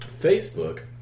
Facebook